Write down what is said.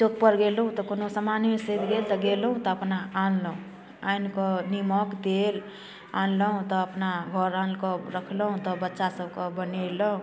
चौक पर गेलू तऽ कोनो समाने सैध गेलहुँ तऽ अपना आनलहुँ आनि कऽ निमक तेल आनलहुँ तऽ अपना घर आनि कऽ रखलहुँ तब बच्चा सभकऽ बनेलहुँ